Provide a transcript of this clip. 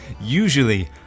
usually